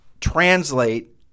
translate